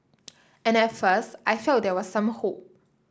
and at first I felt there was some hope